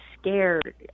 scared